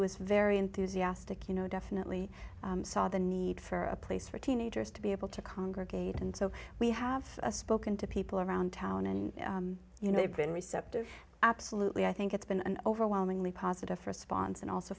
is very enthusiastic you know definitely saw the need for a place for teenagers to be able to congregate and so we have spoken to people around town and you know they've been receptive absolutely i think it's been an overwhelmingly positive response and also